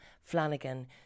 Flanagan